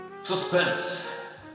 Suspense